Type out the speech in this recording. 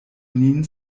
nin